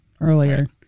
earlier